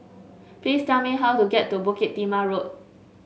please tell me how to get to Bukit Timah Road